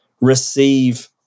receive